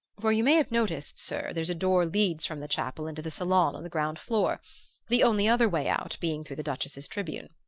for you may have noticed, sir, there's a door leads from the chapel into the saloon on the ground floor the only other way out being through the duchess's tribune.